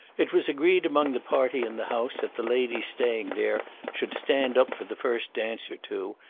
it was agreed among the party in the house that the ladies staying there should stand up for the first dance or two,